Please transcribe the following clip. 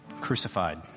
crucified